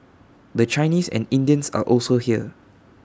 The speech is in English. the Chinese and Indians are also here